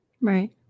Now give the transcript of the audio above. Right